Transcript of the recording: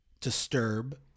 disturb